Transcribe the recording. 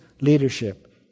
leadership